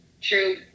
true